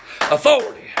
Authority